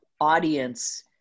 audience